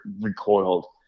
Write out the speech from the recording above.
recoiled